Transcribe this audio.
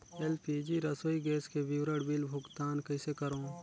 LPG रसोई gas के विवरण बिल भुगतान कइसे करों?